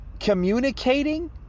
Communicating